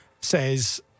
says